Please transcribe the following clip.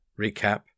recap